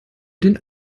den